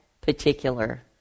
particular